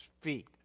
feet